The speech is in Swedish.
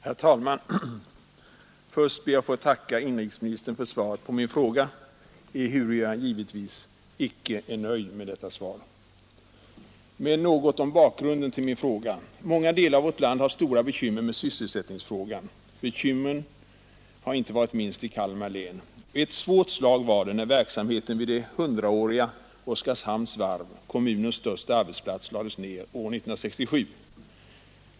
Herr talman! Först ber jag att få tacka inrikesministern för svaret på min fråga, ehuru jag givetvis icke är nöjd med detta svar. Men något om bakgrunden till min fråga! Många delar av vårt land har bekymmer med sysselsättningen, och dessa bekymmer är inte minst i Kalmar län. Ett svårt slag var det när verksamheten vid det 100-åriga Oskarshamns Varv, kommunens största arbetsplats, lades ner år 1967.